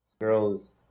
girls –